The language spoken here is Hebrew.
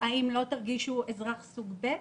האם לא תרגישו אזרח סוג ב'?